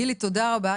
גילי, תודה רבה.